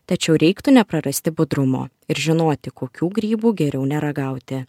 tačiau reiktų neprarasti budrumo ir žinoti kokių grybų geriau neragauti